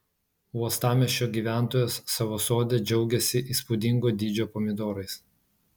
uostamiesčio gyventojas savo sode džiaugiasi įspūdingo dydžio pomidorais